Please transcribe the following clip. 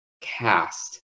cast